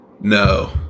No